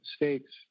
mistakes